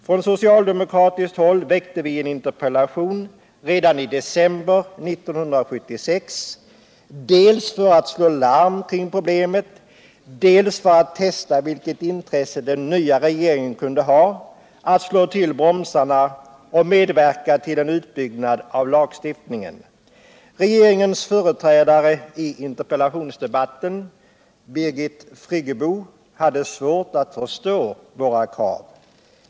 Från socialdemokratiskt håll framställde vi en interpellation redan i december 1976, dels för att slå larm kring problemet, dels för att testa den nya regeringens intresse för att slå till bromsarna och medverka till en utbyggnad av lagstiftningen. Regeringens företrädare i interpellationsdebatten, statsrådet Birgit Friggebo, hade svårt att förstå våra krav.